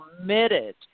committed